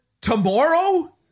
tomorrow